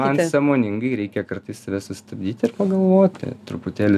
man sąmoningai reikia kartais save sustabdyti ir pagalvoti truputėlį